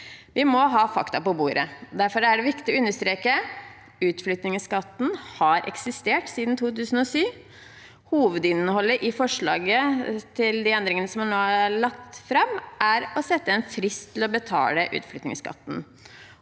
Vi må ha fakta på bordet. Derfor er det viktig å understreke: Utflyttingsskatten har eksistert siden 2007. Hovedinnholdet i forslaget til de endringene som nå er lagt fram, er å sette en frist for å betale utflyttingsskatten,